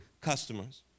customers